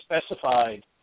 specified